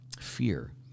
fear